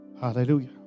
Hallelujah